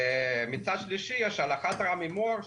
ומצד שלישי יש "הלכת רמי מור",